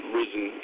risen